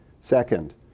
Second